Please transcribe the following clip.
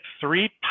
three